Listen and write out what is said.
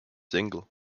single